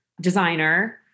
designer